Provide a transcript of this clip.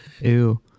Ew